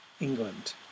England